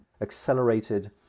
accelerated